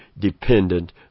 dependent